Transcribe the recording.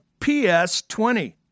PS20